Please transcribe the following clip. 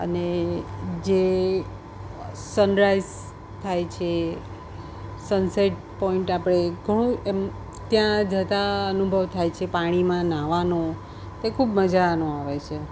અને જે સનરાઇઝ થાય છે એ સનસેટ પોઈન્ટ આપણે ઘણું એમ ત્યાં જતા અનુભવ થાય છે પાણીમાં નાવાનો તે ખૂબ મજાનો આવે છે